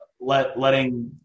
letting